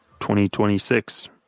2026